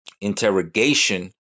interrogation